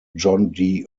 john